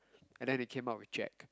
and then they came up with Jack